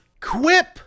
quip